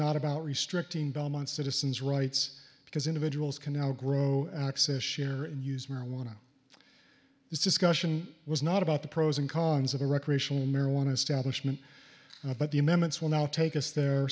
not about restricting belmont's citizens rights because individuals can now grow access share and use marijuana this discussion was not about the pros and cons of a recreational marijuana stablish mint but the amendments will now take us there